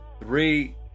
three